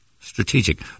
strategic